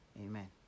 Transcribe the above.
amen